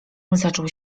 zaczął